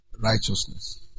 Righteousness